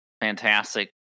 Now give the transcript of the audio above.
fantastic